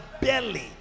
belly